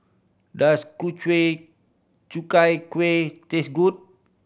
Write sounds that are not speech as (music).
does ku (unintelligible) kuih taste good